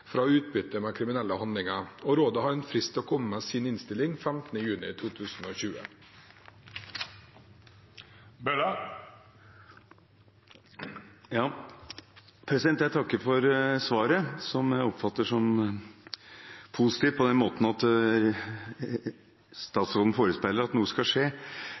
utbytte fra kriminelle handlinger. Rådet har frist til å komme med sin innstilling 15. juni 2020. Jeg takker for svaret, som jeg oppfatter som positivt, på den måten at statsråden forespeiler at noe skal skje.